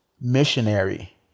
missionary